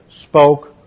spoke